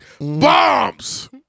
Bombs